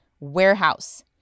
warehouse